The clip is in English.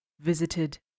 visited